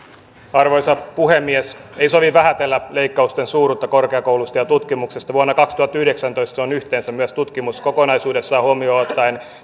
arvoisa puhemies ei sovi vähätellä leikkausten suuruutta korkeakouluista ja ja tutkimuksesta vuonna kaksituhattayhdeksäntoista se on yhteensä myös tutkimus kokonaisuudessaan huomioon ottaen